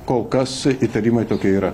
kol kas įtarimai tokie yra